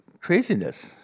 craziness